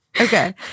Okay